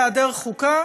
בהיעדר חוקה,